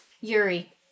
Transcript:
Yuri